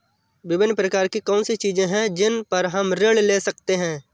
विभिन्न प्रकार की कौन सी चीजें हैं जिन पर हम ऋण ले सकते हैं?